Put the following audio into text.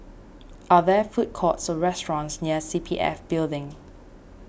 are there food courts or restaurants near C P F Building